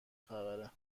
خبره